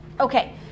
Okay